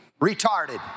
retarded